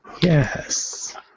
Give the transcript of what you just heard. yes